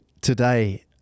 today